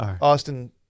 Austin